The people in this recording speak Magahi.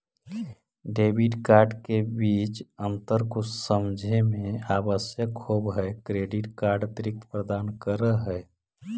डेबिट कार्ड के बीच अंतर को समझे मे आवश्यक होव है क्रेडिट कार्ड अतिरिक्त प्रदान कर है?